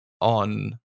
on